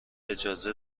اجازه